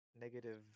negative